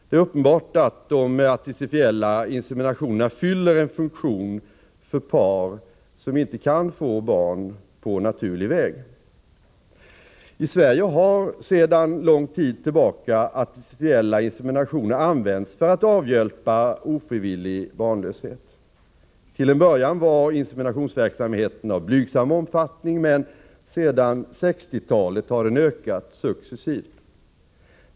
Det är uppenbart att de artificiella inseminationerna fyller en funktion för de par som inte kan få barn på naturlig väg. I Sverige har sedan lång tid tillbaka artificiella inseminationer använts för att avhjälpa ofrivillig barnlöshet. Till en början var inseminationsverksamheten av blygsam omfattning, men sedan 1960-talet har den ökat successivt.